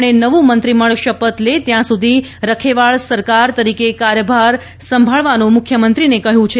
તેમણે નવું મંત્રીમંડળ શપથ લે ત્યાં સુધી રખેવાળ સરકાર તરીકે કાર્યભાર સંભાળવાનું મુખ્યમંત્રીને કહ્યું છે